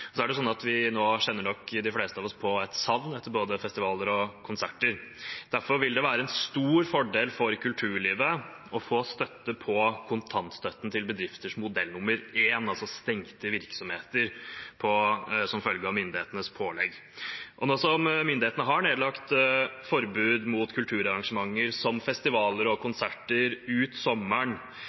Så er det sånn at de fleste av oss nok nå kjenner på et savn etter både festivaler og konserter. Derfor vil det være en stor fordel for kulturlivet å få støtte via kontantstøtten til bedrifter, modell 1, altså stengte virksomheter som følge av myndighetenes pålegg. Og nå som myndighetene har nedlagt forbud mot kulturarrangementer som festivaler og konserter ut sommeren,